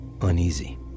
uneasy